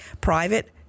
Private